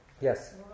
Yes